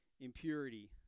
impurity